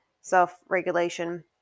self-regulation